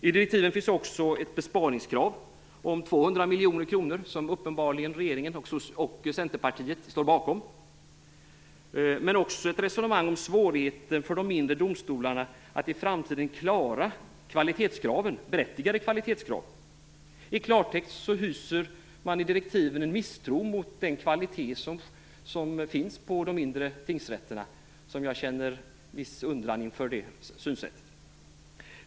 I direktiven finns också ett besparingskrav om 200 miljoner kronor, som uppenbarligen regeringen och Centerpartiet står bakom, men där förs också ett resonemang om svårigheten för de mindre domstolarna att i framtiden klara kvalitetskraven - berättigade kvalitetskrav. I klartext uttrycks i direktiven en misstro mot kvaliteten hos de mindre tingsrätterna, och jag känner viss undran inför det synsättet. Herr talman!